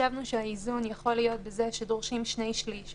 חשבנו שהאיזון יכול להיות בזה שדורשים שני-שליש,